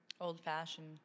Old-fashioned